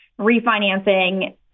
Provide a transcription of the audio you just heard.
refinancing